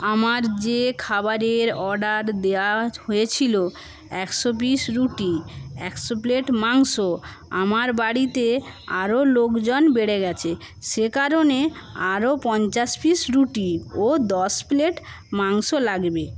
আমার যে খাবারের অর্ডার দেওয়া হয়েছিলো একশো পিস রুটি একশো প্লেট মাংস আমার বাড়িতে আরো লোকজন বেড়ে গেছে সেকারণে আরো পঞ্চাশ পিস রুটি ও দশ প্লেট মাংস লাগবে